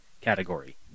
category